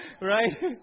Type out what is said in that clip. Right